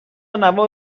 نوار